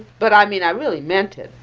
but i mean, i really meant it,